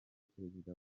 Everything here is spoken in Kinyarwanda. perezida